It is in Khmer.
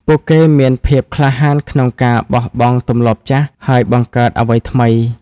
ពួកគេមានភាពក្លាហានក្នុងការបោះបង់ទម្លាប់ចាស់ ហើយបង្កើតអ្វីថ្មី។